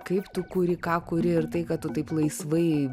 kaip tu kuri ką kuri ir tai kad tu taip laisvai